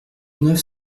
neuf